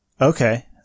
Okay